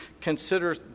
consider